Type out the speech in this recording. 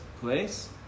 place